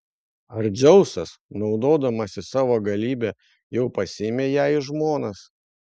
ar dzeusas naudodamasis savo galybe jau pasiėmė ją į žmonas